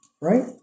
Right